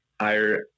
higher